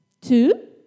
Two